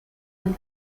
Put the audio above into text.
del